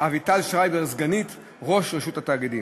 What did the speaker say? אביטל שרייבר, סגנית ראש רשות התאגידים.